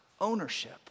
ownership